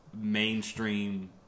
mainstream